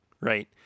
Right